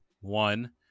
one